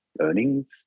earnings